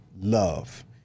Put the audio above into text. love